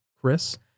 Chris